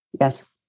Yes